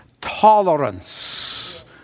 tolerance